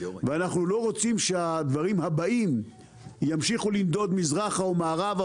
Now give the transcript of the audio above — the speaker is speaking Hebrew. ואנחנו לא רוצים שהדברים הבאים ימשיכו לנדוד מזרחה או מערבה,